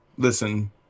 Listen